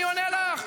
אני עונה לך.